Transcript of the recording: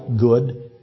good